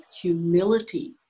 humility